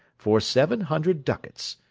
for seven hundred ducats,